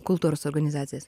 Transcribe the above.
kultūros organizacijas